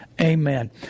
Amen